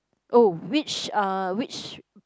oh which uh which